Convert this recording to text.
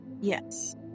Yes